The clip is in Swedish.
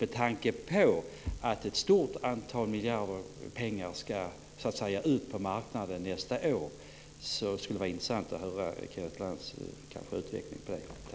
Med tanke på att ett stort antal miljarder ska ut på marknaden nästa år skulle det vara intressant att höra Kenneth Lantz utveckla detta.